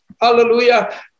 hallelujah